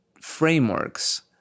frameworks